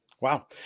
Wow